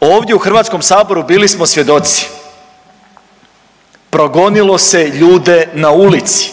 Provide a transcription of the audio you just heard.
Ovdje u Hrvatskom saboru bili smo svjedoci, progonilo se ljude na ulici,